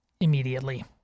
immediately